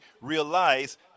realize